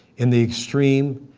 in the extreme,